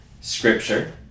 scripture